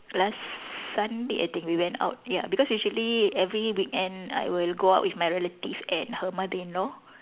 last Sunday I think we went out ya because usually every weekend I will go out with my relative and her mother-in-law